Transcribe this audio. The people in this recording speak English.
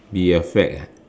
be a fad ah